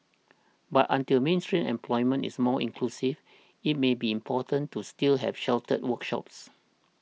but until mainstream employment is more inclusive it may be important to still have sheltered workshops